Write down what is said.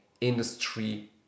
industry